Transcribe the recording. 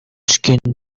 skinned